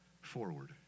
forward